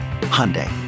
Hyundai